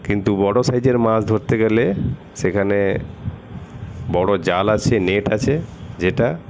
কিন্তু বড়ো সাইজের মাছ ধরতে গেলে সেখানে বড়ো জাল আছে নেট আছে যেটা